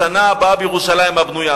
לשנה הבאה בירושלים הבנויה.